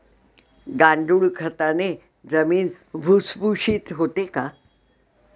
गांडूळ खताने जमीन भुसभुशीत होते का?